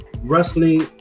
Wrestling